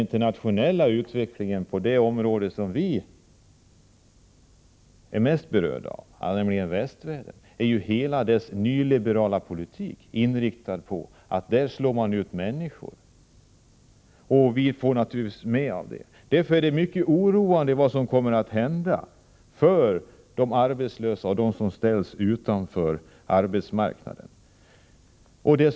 Dessutom har utvecklingen inom det område som vi är mest berörda av, nämligen västvärlden, visat att man där för en nyliberal politik som är inriktad på att slå ut människor, och detta kommer naturligtvis att påverka även oss. Mot den här bakgrunden är det med oro man ser på framtiden för dem som är arbetslösa och som har ställts utanför arbetsmarknaden.